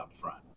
upfront